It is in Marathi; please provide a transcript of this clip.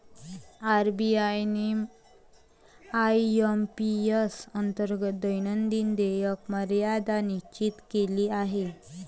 आर.बी.आय ने आय.एम.पी.एस अंतर्गत दैनंदिन देयक मर्यादा निश्चित केली आहे